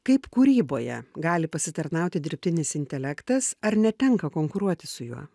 kaip kūryboje gali pasitarnauti dirbtinis intelektas ar ne tenka konkuruoti su juo